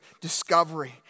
discovery